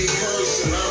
person